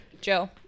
Joe